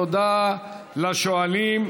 תודה לשואלים.